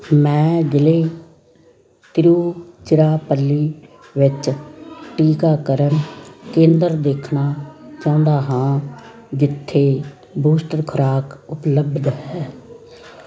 ਮੈਂ ਜ਼ਿਲ੍ਹੇ ਤਿਰੁਚਿਰਾਪੱਲੀ ਵਿੱਚ ਟੀਕਾਕਰਨ ਕੇਂਦਰ ਦੇਖਣਾ ਚਾਹੁੰਦਾ ਹਾਂ ਜਿੱਥੇ ਬੂਸਟਰ ਖੁਰਾਕ ਉਪਲਬਧ ਹੈ